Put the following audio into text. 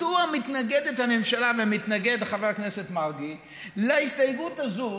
מדוע מתנגדת הממשלה ומתנגד חבר הכנסת מרגי להסתייגות הזו,